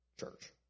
church